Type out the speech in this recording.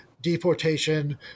deportation